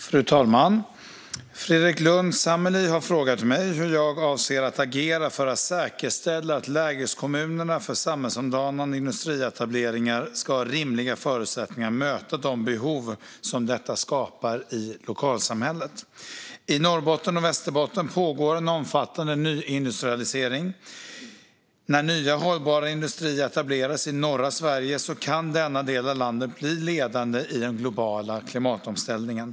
Fru talman! Fredrik Lundh Sammeli har frågat mig hur jag avser att agera för att säkerställa att lägeskommunerna för samhällsomdanande industrietableringar ska ha rimliga förutsättningar att möta de behov som detta skapar i lokalsamhället. I Norrbotten och Västerbotten pågår en omfattande nyindustrialisering. När nya hållbara industrier etablerar sig i norra Sverige kan denna del av landet bli ledande i den globala klimatomställningen.